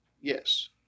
Yes